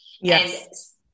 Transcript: Yes